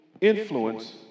influence